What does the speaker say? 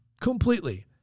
completely